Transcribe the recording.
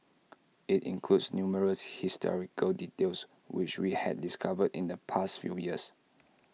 IT includes numerous historical details which we had discovered in the past few years